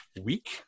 week